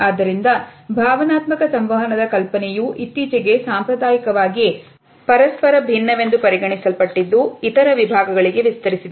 ಆದ್ದರಿಂದ ಭಾವನಾತ್ಮಕ ಸಂವಹನದ ಕಲ್ಪನೆಯೂ ಇತ್ತೀಚೆಗೆ ಸಾಂಪ್ರದಾಯಿಕವಾಗಿ ಪರಸ್ಪರ ಭಿನ್ನವೆಂದು ಪರಿಗಣಿಸಲ್ಪಟ್ಟಿದ್ದು ಇದರ ವಿಭಾಗಗಳಿಗೆ ವಿಸ್ತರಿಸಿದೆ